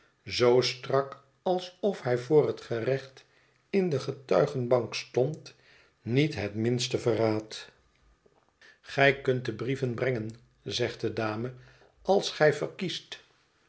zoo strak alsof hij voor het gerecht in de getuigenbank stond niet het minste verraadt gij kunt de brieven brengen zegt de dame als gij verkiest